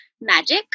magic